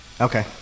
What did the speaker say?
Okay